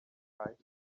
kite